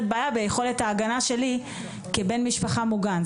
בעיה ביכולת ההגנה שלי כבן משפחה מוגן?